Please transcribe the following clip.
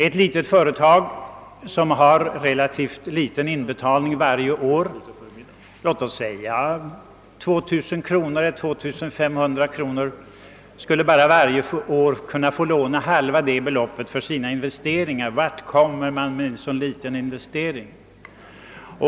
Ett litet företag, som har att göra en relativt liten inbetalning varje år — låt oss säga 2 000 kronor eller 2 500 kronor — skulle varje år kunna få låna bara halva detta belopp för sina investeringar. Men vart kommer man med en så liten investering?